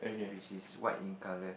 which is white in color